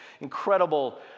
incredible